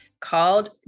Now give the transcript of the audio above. called